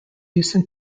houston